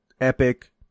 epic